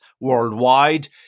worldwide